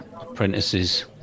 apprentices